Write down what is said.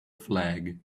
flag